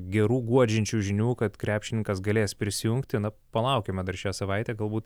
gerų guodžiančių žinių kad krepšininkas galės prisijungti na palaukime dar šią savaitę galbūt